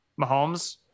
Mahomes